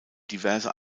diverse